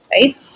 right